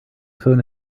phone